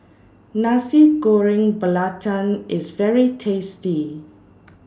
Nasi Goreng Belacan IS very tasty